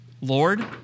Lord